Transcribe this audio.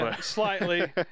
Slightly